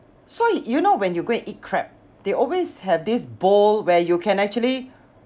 so you know when you go and eat crab they always have this bowl where you can actually